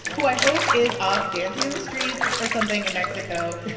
who i hope is off dancing in the streets or something in mexico.